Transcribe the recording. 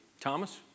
Thomas